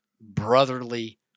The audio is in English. brotherly